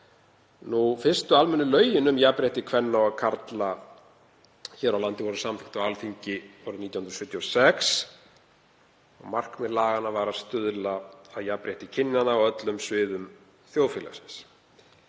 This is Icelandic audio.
Fyrstu almennu lögin um jafnrétti kvenna og karla hér á landi voru samþykkt á Alþingi árið 1976. Markmið laganna var að stuðla að jafnrétti kynjanna á öllum sviðum þjóðfélagsins.